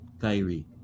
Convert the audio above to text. Kyrie